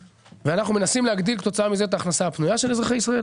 ואנחנו מנסים להגדיל כתוצאה מזה את ההכנסה הפנויה של אזרחי ישראל.